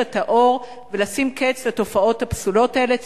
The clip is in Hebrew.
את האור ולשים קץ לתופעות הפסולות האלה.